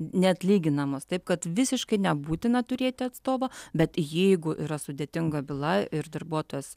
neatlyginamos taip kad visiškai nebūtina turėti atstovą bet jeigu yra sudėtinga byla ir darbuotojas